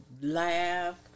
laugh